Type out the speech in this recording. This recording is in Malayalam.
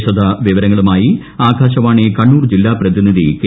വിശദ വിവരങ്ങളുമായി ആകാശവാണി കണ്ണൂർ ജില്ലാ പ്രതിനിധി കെ